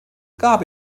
gaby